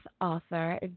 author